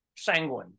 sanguine